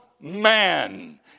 man